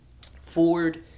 Ford